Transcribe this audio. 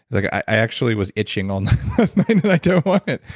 like, i actually was itching all last night, and i don't want it.